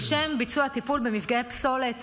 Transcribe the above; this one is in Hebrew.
לשם ביצוע טיפול במפגעי פסולת,